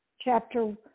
chapter